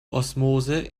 osmose